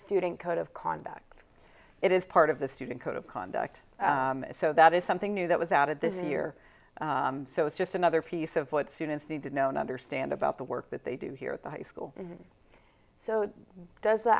student code of conduct it is part of the student code of conduct so that is something new that was out of this year so it's just another piece of what students need to know and understand about the work that they do here at the high school so does the